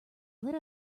lit